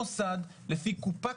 מוסד לפי קופה,